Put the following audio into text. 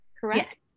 correct